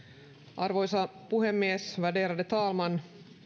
arvoisa puhemies värderade talman